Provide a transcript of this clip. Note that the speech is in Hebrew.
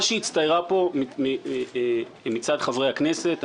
--- יש פה הזדמנות חד-פעמית.